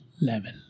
level